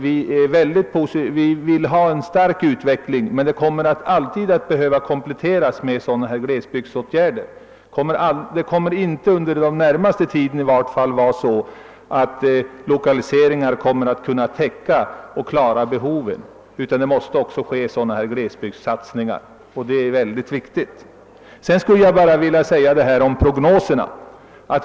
Vi vill ha en stark utveckling av näringslivet, men en komplettering med särskilda glesbygdsåtgärder kommer alltid att vara erforderlig. Under den närmaste tiden kan i varje fall inte lokaliseringar täcka behoven av sysselsättning. Även glesbygdssatsningar måste göras, och det är mycket viktigt. Sedan var det befolkningsprognoserna!